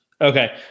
Okay